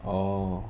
orh